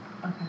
Okay